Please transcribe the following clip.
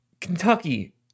Kentucky